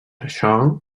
això